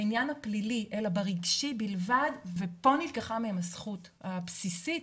בעניין הפלילי אלא ברגשי בלבד ופה נלקחה מהם הזכות הבסיסית.